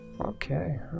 okay